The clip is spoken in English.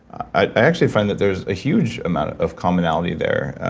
i actually found that there's a huge amount of of commonality there,